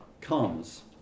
comes